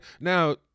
Now